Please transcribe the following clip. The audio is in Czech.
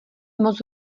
moc